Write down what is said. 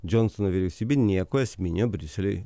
džonsono vyriausybė nieko esminio briuseliui